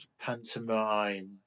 pantomime